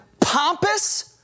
pompous